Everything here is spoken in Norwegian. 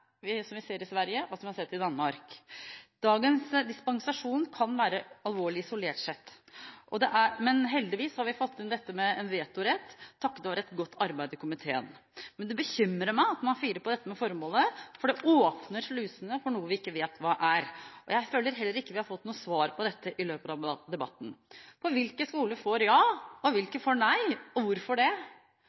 skole som vi ser i Sverige, og som vi har sett i Danmark. Dagens dispensasjon kan være alvorlig isolert sett, men heldigvis har vi fått inn en vetorett, takket være et godt arbeid i komiteen. Men det bekymrer meg at man firer på kravet til formål, for det åpner slusene for noe vi ikke vet hva er. Jeg føler heller ikke vi har fått noe svar på dette i løpet av debatten. Hvilke skoler får ja, og hvilke får nei – og hvorfor det?